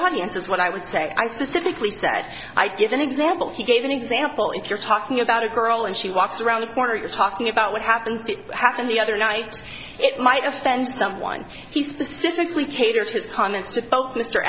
audience is what i would say i specifically said i give an example he gave an example if you're talking about a girl and she walks around the corner you're talking about what happened it happened the other night it might offend someone he specifically